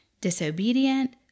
disobedient